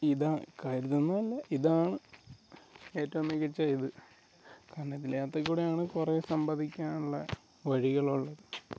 ഇതാ കരുതന്നത് അല്ല ഇതാണ് ഏറ്റവും മികച്ച ഇത് കാരണം ഇതിനകത്ത് കൂടെയാണ് കുറെ സമ്പാദിക്കാനുള്ള വഴികൾ ഉള്ളത്